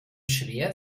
schwer